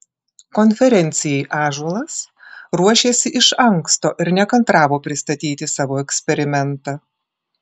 konferencijai ąžuolas ruošėsi iš anksto ir nekantravo pristatyti savo eksperimentą